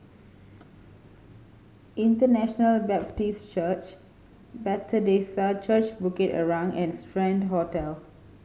International Baptist Church Bethesda Church Bukit Arang and Strand Hotel